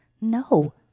No